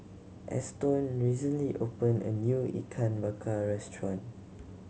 Eston recently opened a new Ikan Bakar restaurant